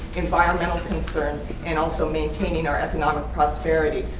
environmental concerns, and also maintaining our economic prosperity.